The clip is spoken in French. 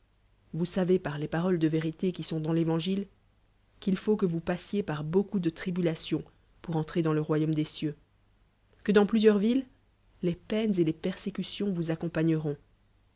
vous savez par les paroles de vérité qui sont dans l'évangile qu'il faut que vous passiez par beancoup de tribulations pour entrer dans le royaume des cieux que dans plusieurs villcs les peines et les perséeiltions vous accompagneront